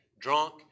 drunk